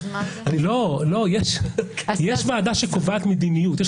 יש ועדה שקובעת מדיניות.